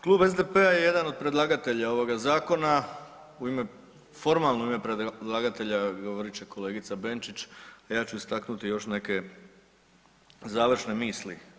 Klub SDP-a je jedan od predlagatelja ovoga zakona u ime, formalno u ime predlagatelja govorit će kolegica Benčić, a ja ću istaknuti još neke završne misle.